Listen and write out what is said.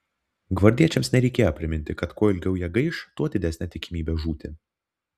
gvardiečiams nereikėjo priminti kad kuo ilgiau jie gaiš tuo didesnė tikimybė žūti